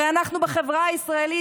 הרי אנחנו בחברה הישראלית,